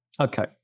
Okay